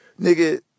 Nigga